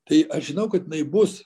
tai aš žinau kad jinai bus